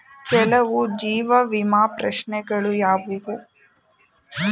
ಕೆಲವು ಜೀವ ವಿಮಾ ಪ್ರಶ್ನೆಗಳು ಯಾವುವು?